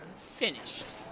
Finished